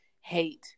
hate